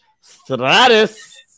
Stratus